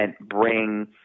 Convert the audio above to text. bring